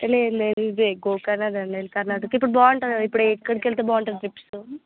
లేదు లేదు ఇవే గోకర్ణ అది కర్నాటక ఇప్పుడు బాగుంటుంది కదా ఇప్పుడు ఎక్కడికి వెళితే బాగుంటుంది ట్రిప్సు